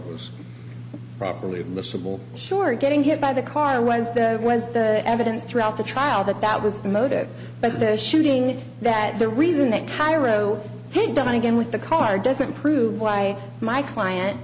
was properly admissible sure getting hit by the car was the was the evidence throughout the trial that that was the motive but the shooting that the reason that cairo had done again with the car doesn't prove why my client